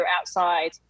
outside